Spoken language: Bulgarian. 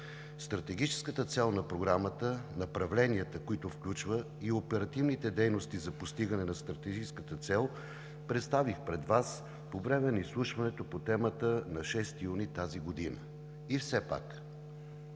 Стратегическата цел на Програмата, направленията, които включва, и оперативните дейности за постигане на стратегическата цел представих пред Вас по време на изслушването по темата на 6 юни тази година. И все пак